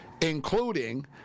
including